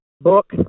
book